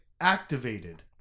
activated